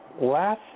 Last